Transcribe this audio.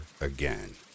again